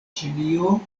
ĉinio